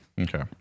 okay